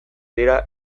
dira